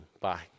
Bye